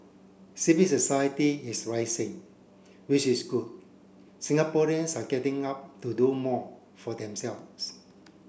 civil society is rising which is good Singaporeans are getting up to do more for themselves